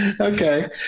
okay